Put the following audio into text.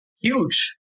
huge